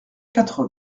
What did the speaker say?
quatre